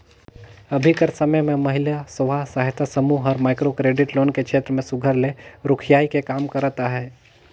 अभीं कर समे में महिला स्व सहायता समूह हर माइक्रो क्रेडिट लोन के छेत्र में सुग्घर ले रोखियाए के काम करत अहे